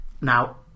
Now